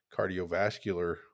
cardiovascular